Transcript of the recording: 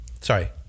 sorry